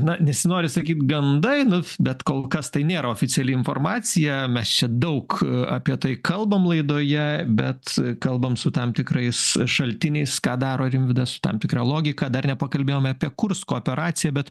na nesinori sakyt gandai nu bet kol kas tai nėra oficiali informacija mes čia daug apie tai kalbam laidoje bet kalbam su tam tikrais šaltiniais ką daro rimvydas su tam tikra logika dar nepakalbėjome apie kursko kooperaciją bet